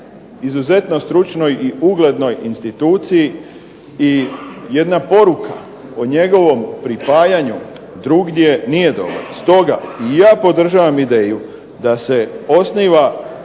izuzetno stručnoj i uglednoj instituciji. I jedna poruka o njegovom pripajanju drugdje nije dobro. Stoga, ja podržavam ideju da se osniva